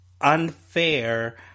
unfair